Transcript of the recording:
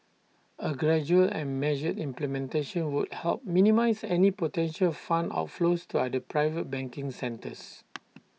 A gradual and measured implementation would help minimise any potential fund outflows to other private banking centres